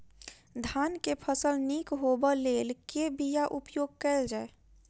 धान केँ फसल निक होब लेल केँ बीया उपयोग कैल जाय?